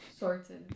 sorted